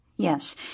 Yes